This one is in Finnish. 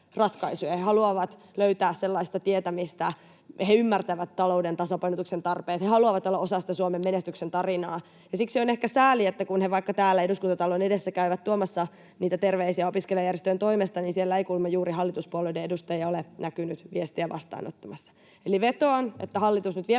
he haluavat löytää sellaista tietä, he ymmärtävät talouden tasapainotuksen tarpeen ja he haluavat olla osa sitä Suomen menestyksen tarinaa, ja siksi on ehkä sääli, että kun he vaikka täällä Eduskuntatalon edessä käyvät tuomassa terveisiä opiskelijajärjestöjen toimesta, siellä ei kuulemma juuri hallituspuolueiden edustajia ole näkynyt viestiä vastaanottamassa. Eli vetoan, että hallitus nyt vielä